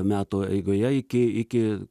metų eigoje iki iki